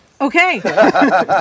Okay